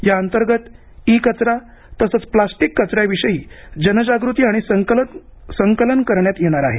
याअंतर्गत इ कचरा तसंच प्लास्टिक कचर्याविषयी जनजागृती आणि संकलन करण्यात येणार आहे